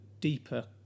deeper